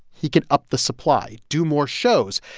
he can up the supply, do more shows.